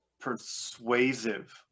persuasive